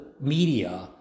media